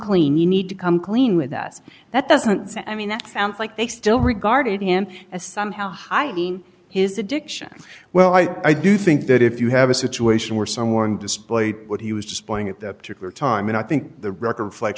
clean you need to come clean with us that doesn't sound i mean that sounds like they still regarded him as somehow hiding his addiction well i i do think that if you have a situation where someone displayed what he was displaying at that particular time and i think the record fl